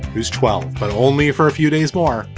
who's twelve, but only for a few days more.